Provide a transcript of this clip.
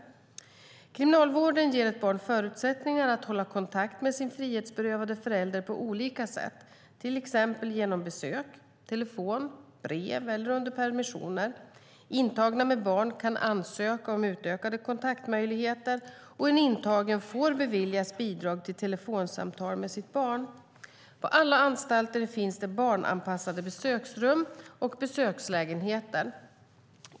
Kriminalvården ger ett barn förutsättningar att hålla kontakt med sin frihetsberövade förälder på olika sätt, till exempel genom besök, telefon, brev och under permissioner. Intagna med barn kan ansöka om utökade kontaktmöjligheter, och en intagen får beviljas bidrag till telefonsamtal med sitt barn. På alla anstalter finns det barnanpassade besöksrum och besökslägenheter.